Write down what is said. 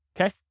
okay